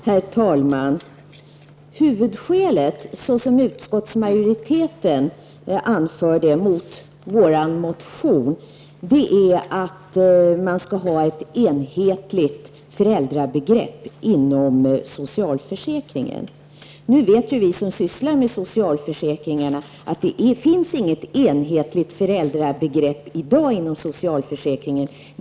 Herr talman! Det huvudskäl som utskottsmajoriteten anförde mot vår motion är att man skall ha ett enhetligt föräldrabegrepp inom socialförsäkringen. Nu vet vi som sysslar med socialförsäkringar att det inte finns något enhetligt föräldrabegrepp i dag inom socialförsäkringen.